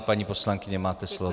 Paní poslankyně, máte slovo.